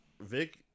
Vic